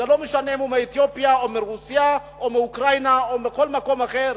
זה לא משנה אם הוא מאתיופיה או מרוסיה או מאוקראינה או מכל מקום אחר.